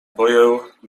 boję